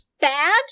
bad